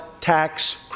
tax